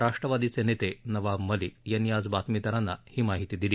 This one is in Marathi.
राष्ट्रवादीचे नेते नवाब मलिक यांनी आज बातमीदारांना ही माहिती दिली